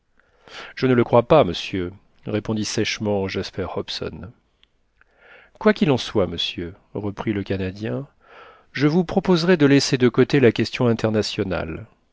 je ne le crois pas monsieur répondit sèchement jasper hobson quoi qu'il en soit monsieur reprit le canadien je vous proposerai de laisser de côté la question internationale